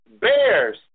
bears